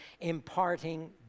imparting